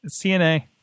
CNA